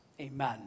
amen